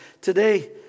today